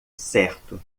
certo